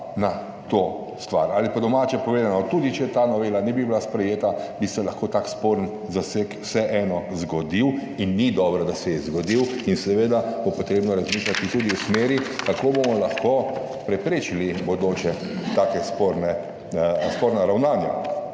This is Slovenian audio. na to stvar ali po domače povedano, tudi če ta novela ne bi bila sprejeta, bi se lahko tak sporen zaseg vseeno zgodil in ni dobro, da se je zgodil in seveda bo potrebno razmišljati tudi v smeri, kako bomo lahko preprečili v bodoče take sporne, sporna